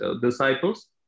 disciples